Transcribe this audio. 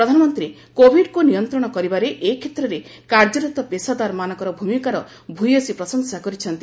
ପ୍ରଧାନମନ୍ତ୍ରୀ କୋଭିଡ୍କୁ ନିୟନ୍ତ୍ରଣ କରିବାରେ ଏ କ୍ଷେତ୍ରରେ କାର୍ଯ୍ୟରତ ପେସାଦାର ମାନଙ୍କର ଭୂମିକାର ଭୂୟସୀ ପ୍ରଶଂସା କରିଛନ୍ତି